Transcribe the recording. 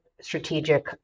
strategic